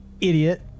Idiot